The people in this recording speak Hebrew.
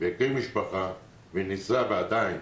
והקים משפחה וניסה, ועדיין,